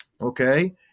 okay